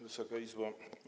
Wysoka Izbo!